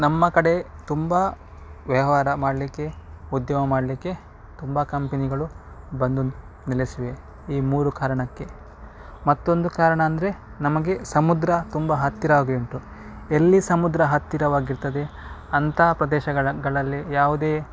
ನಮ್ಮ ಕಡೆ ತುಂಬ ವ್ಯವಹಾರ ಮಾಡಲಿಕ್ಕೆ ಉದ್ಯೋಗ ಮಾಡಲಿಕ್ಕೆ ತುಂಬ ಕಂಪೆನಿಗಳು ಬಂದು ನೆಲೆಸಿವೆ ಈ ಮೂರು ಕಾರಣಕ್ಕೆ ಮತ್ತೊಂದು ಕಾರಣ ಅಂದರೆ ನಮಗೆ ಸಮುದ್ರ ತುಂಬ ಹತ್ತಿರವಾಗಿ ಉಂಟು ಎಲ್ಲಿ ಸಮುದ್ರ ಹತ್ತಿರವಾಗಿರ್ತದೆ ಅಂತ ಪ್ರದೇಶಗಳ ಗಳಲ್ಲೇ ಯಾವುದೇ